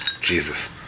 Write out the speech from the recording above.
Jesus